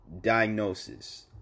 diagnosis